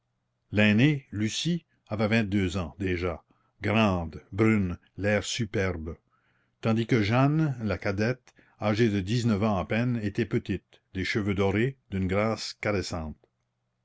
l'aînée lucie avait vingt-deux ans déjà grande brune l'air superbe tandis que jeanne la cadette âgée de dix-neuf ans à peine était petite les cheveux dorés d'une grâce caressante